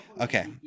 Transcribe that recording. Okay